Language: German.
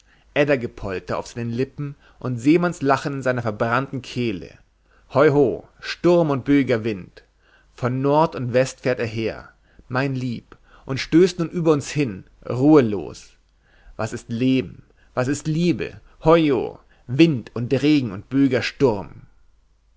eddagepolter auf seinen lippen und seemannslachen in seiner verbrannten kehle hoiho sturm und böiger wind von nord und west fährt er her mein lieb und stößt nun über uns hin ruhelos was ist leben was ist liebe hoiho wind und regen und böiger sturm